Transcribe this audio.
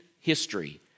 history